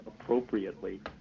appropriately